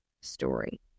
story